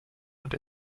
und